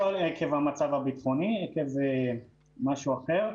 לא עקב המצב הביטחוני אלא בגין משהו אחר.